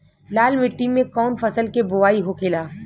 लाल मिट्टी में कौन फसल के बोवाई होखेला?